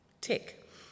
Tick